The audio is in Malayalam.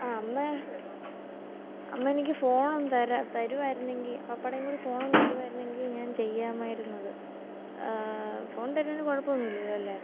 ആ അമ്മേ അമ്മേ എനിക്ക് ഫോൺ ഒന്ന് തരാ തരുമായിരുന്നെങ്കിൽ പപ്പയുടേയും കൂടെ ഫോൺ ഒന്ന് തരുമായിരുന്നെങ്കിൽ ഞാൻ ചെയ്യാമായിരുന്നു ഇത് ഫോൺ തരുന്നതിന് കുഴപ്പം ഒന്നുമില്ലല്ലോ അല്ലേ